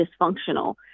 dysfunctional